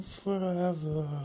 forever